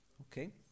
okay